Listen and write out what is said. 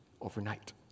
overnight